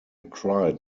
cried